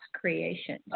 creation